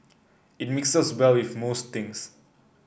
it mixes well with most things